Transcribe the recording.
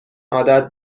عادت